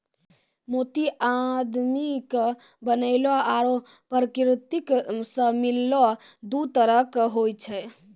मोती आदमी के बनैलो आरो परकिरति सें मिललो दु तरह के होय छै